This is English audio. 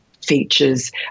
features